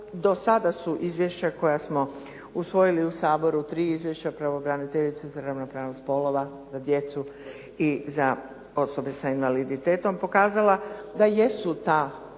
do sada su izvješća koja smo usvojili u Saboru, tri izvješća pravobraniteljice za ravnopravnost spolova, za djecu i za osobe sa invaliditetom pokazala da jesu te